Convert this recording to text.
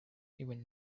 even